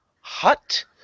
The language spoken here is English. hut